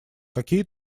какие